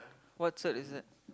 what cert is that